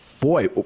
boy